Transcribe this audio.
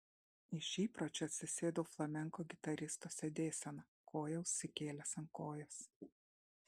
iš įpročio atsisėdau flamenko gitaristo sėdėsena koją užsikėlęs ant kojos